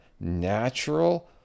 natural